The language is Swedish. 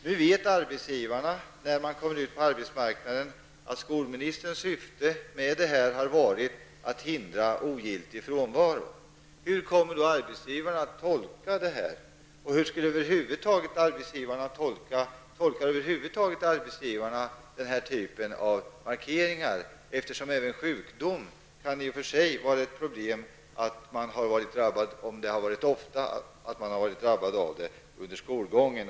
Nu vet arbetsgivaren, när eleverna kommer ut på arbetsmarknaden, att skolministerns syfte har varit att hindra ogiltig frånvaro. Hur kommer arbetsgivaren att tolka frånvaron? Hur skall arbetsgivaren över huvud taget tolka den här typen av markeringar? Även sjukdom i sig kan vara ett problem om man ofta har varit sjuk under skolgången.